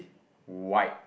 white